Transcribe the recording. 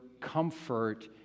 comfort